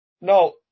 No